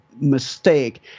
mistake